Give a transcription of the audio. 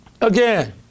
Again